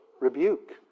rebuke